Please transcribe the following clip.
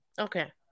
Okay